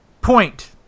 Point